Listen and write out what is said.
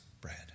bread